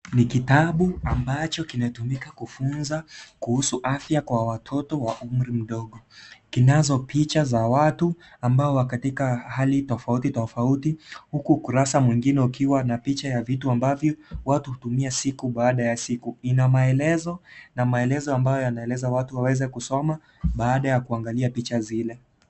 Ni kitabu ambacho kinatumika kufunza kuhusu afya kwa watoto wa umri mdogo. Kinazo picha za watu ambao wako katika hali tofauti tofauti huku kurasa mwingine ukiwa na picha ya vitu ambavyo watu hutumia siku baada ya siku. Ina maelezo na maelezo ambayo yanaeleza watu waweze kusoma baada ya kuangalia picha zile.